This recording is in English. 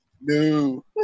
No